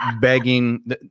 begging